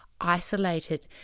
isolated